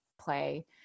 play